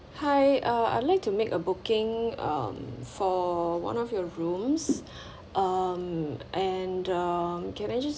hi uh I'd like to make a booking um for one of your rooms um and um can I just